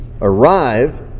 arrive